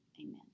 Amen